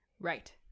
Right